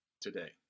today